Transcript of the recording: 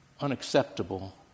unacceptable